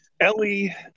Ellie